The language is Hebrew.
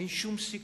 אין שום סיכוי.